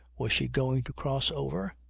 was she going to cross over?